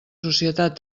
societat